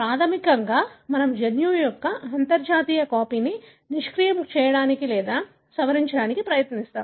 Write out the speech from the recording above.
ప్రాథమికంగా మనము జన్యువు యొక్క అంతర్జాత కాపీని నిష్క్రియం చేయడానికి లేదా సవరించడానికి ప్రయత్నిస్తాము